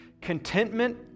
contentment